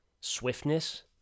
swiftness